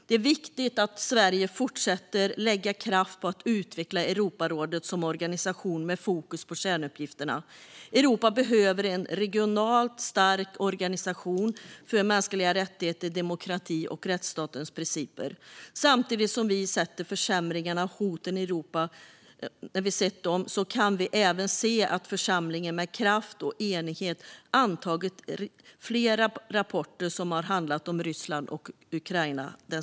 Det är viktigt att Sverige fortsätter att lägga kraft på att utveckla Europarådet som organisation med fokus på kärnuppgifterna. Europa behöver en regionalt stark organisation för mänskliga rättigheter, demokrati och rättsstatens principer. Vi har sett försämringarna och hoten i Europa, men vi kan även se att församlingen den senaste tiden med kraft och enighet har antagit flera rapporter om Ryssland och Ukraina.